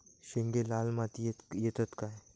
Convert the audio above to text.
शेंगे लाल मातीयेत येतत काय?